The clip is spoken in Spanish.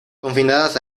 confinadas